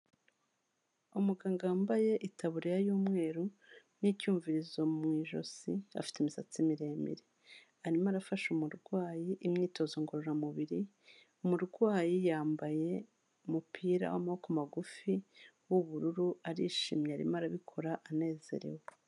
Umuganga wambaye itaburiya y'umweru n'icyumvirizo mu ijosi afite imisatsi miremire, arimo arafasha umurwayi imyitozo ngororamubiri, umurwayi yambaye umupira w'amaboko magufi w'ubururu arishimye arimo arabikora anezerewe.